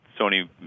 Sony